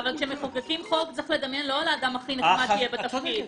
אבל כשמחוקקים חוק צריך לדמיין לא על האדם הכי נחמד שהיה בתפקיד.